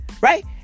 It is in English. Right